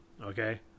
Okay